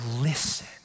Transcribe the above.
listen